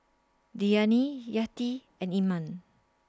Diyana Yati and Iman